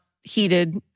heated